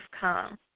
come